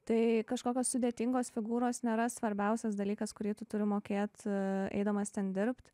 tai kažkokios sudėtingos figūros nėra svarbiausias dalykas kurį tu turi mokėt eidamas ten dirbt